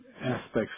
aspects